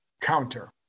counter